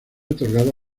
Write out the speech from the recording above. otorgado